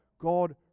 God